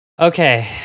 Okay